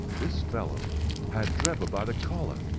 this fellow had drebber by the collar,